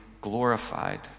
glorified